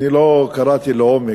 לא קראתי לעומק,